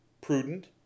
prudent